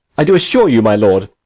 i do assure you, my lord,